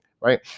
right